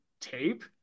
tape